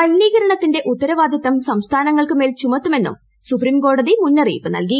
മലിനീകരണത്തിന്റെ ഉത്തരവാദിത്ത് സംസ്ഥാനങ്ങൾക്ക് മേൽ ചുമത്തുമെന്നും സുപ്രീംകോടതി മുന്നറീയിപ്പ് നൽകി